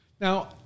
Now